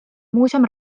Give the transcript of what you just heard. muuseum